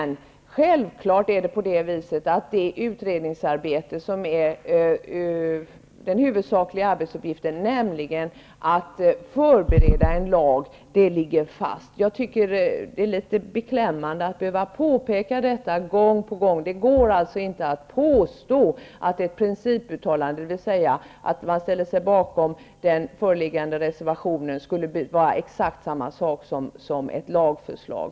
Självfallet är det emellertid på det viset att utredningens huvudsakliga arbete, nämligen att förbereda en lag, ligger fast. Det är litet beklämmande att behöva påpeka det gång på gång. Det går alltså inte att påstå att ett principuttalande, dvs. att man ställer sig bakom den föreliggande reservationen, skulle vara detsamma som ett lagförslag.